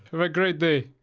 have a great day.